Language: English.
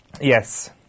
Yes